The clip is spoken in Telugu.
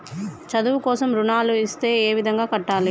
చదువు కోసం రుణాలు ఇస్తే ఏ విధంగా కట్టాలి?